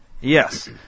Yes